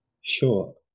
Sure